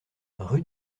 rue